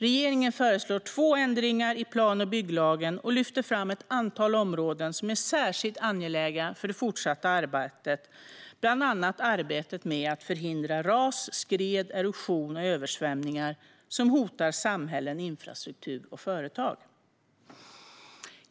Regeringen föreslår två ändringar i plan och bygglagen och lyfter fram ett antal områden som särskilt angelägna för det fortsatta arbetet, bland annat arbetet med att förhindra ras, skred, erosion och översvämningar som hotar samhällen, infrastruktur och företag.